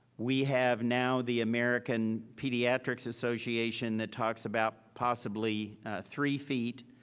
we have now the american pediatrics association that talks about possibly three feet.